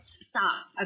Stop